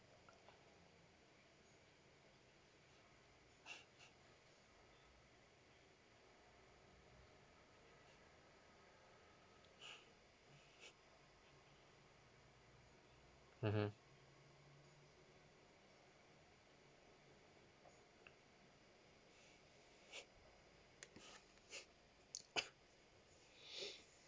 mmhmm